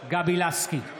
גבי לסקי,